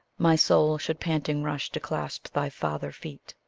my soul should panting rush to clasp thy father-feet.